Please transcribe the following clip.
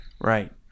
Right